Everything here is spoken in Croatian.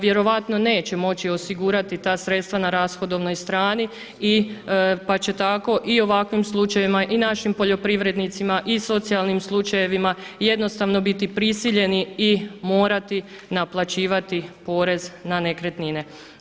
Vjerojatno neće moći osigurati ta sredstva na rashodovnoj strani i pa će tako i u ovakvim slučajevima i našim poljoprivrednicima i socijalnim slučajevima jednostavno biti prisiljeni i morati naplaćivati porez na nekretnine.